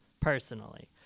Personally